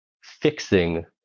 fixing